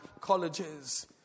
colleges